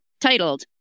titled